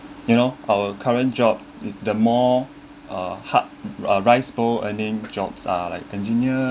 you know our current job the more uh hot rice bowl earning jobs are like engineer